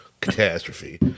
Catastrophe